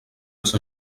als